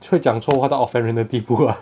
会讲错话 offend 到人的地步 lah